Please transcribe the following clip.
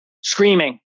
Screaming